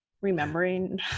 remembering